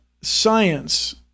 science